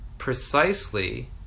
precisely